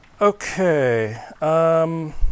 Okay